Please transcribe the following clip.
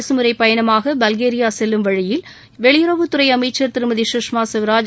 அரசுமுறை பயணமாக பல்கேரியா செல்லும் வழியில் வெளியுறவுத்துறை அமைச்சர் திருமதி குஷ்மா ஸ்வராஜ்